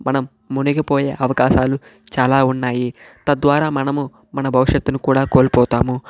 మనం మునిగిపోయే అవకాశాలు చాలా ఉన్నాయి తద్వారా మనము మన భవిష్యత్తును కూడా కోల్పోతాము